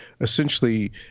essentially